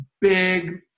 big